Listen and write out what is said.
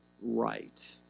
right